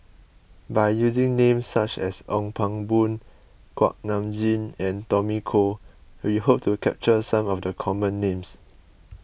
by using names such as Ong Pang Boon Kuak Nam Jin and Tommy Koh we hope to capture some of the common names